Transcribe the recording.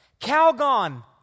Calgon